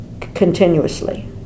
continuously